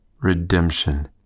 redemption